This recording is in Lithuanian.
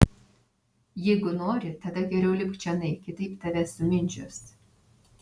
jeigu nori tada geriau lipk čionai kitaip tave sumindžios